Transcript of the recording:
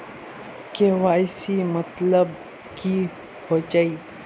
KYC मतलब की होचए?